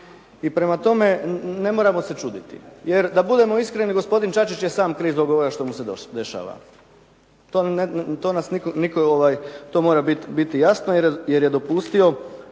I prema tome, ne moramo se čuditi. Jer, da budemo iskreni, gospodin Čačić je sam kriv zbog ovoga što mu se dešava. To nas nitko, to mora biti jasno jer je dopustio